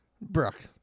Brooke